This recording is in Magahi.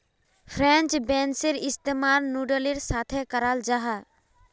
फ्रेंच बेंसेर इस्तेमाल नूडलेर साथे कराल जाहा